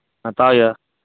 ᱦᱟᱛᱟᱣ ᱦᱩᱭᱩᱜᱼᱟ